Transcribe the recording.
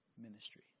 ministry